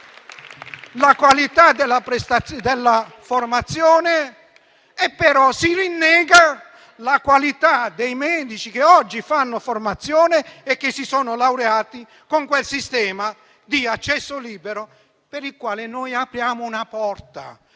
la qualità della formazione, però si rinnega la qualità dei medici che oggi fanno formazione e che si sono laureati con quel sistema di accesso libero, per il quale noi apriamo una porta,